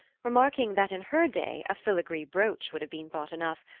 remarking that in her day a filigree brooch would have been thought enough,